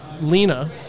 Lena